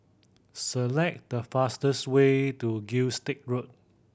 select the fastest way to Gilstead Road